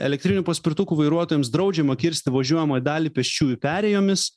elektrinių paspirtukų vairuotojams draudžiama kirsti važiuojamąją dalį pėsčiųjų perėjomis